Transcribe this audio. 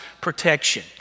protection